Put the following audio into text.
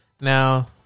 Now